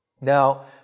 Now